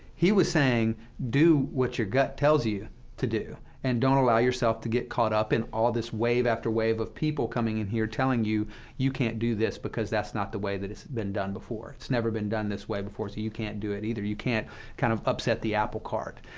he was saying do what your gut tells you to do, and don't allow yourself to get caught up in all this wave after wave of people coming in here, telling you you can't do this because that's not the way that it's been done before it's never been done this way before, so you you can't do it either you can't kind of upset the apple cart.